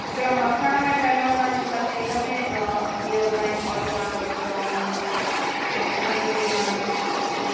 हिकिड़ा मखण में ठहियल हूंदा आहिनि हिकिड़ा तेल में जीअं हूंदा आहिनि ऑईल वारा बटर वारा ईअं मखण में बि हूंदा आहिनि उहे